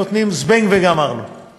נותנים "זבנג וגמרנו";